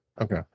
Okay